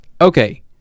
okay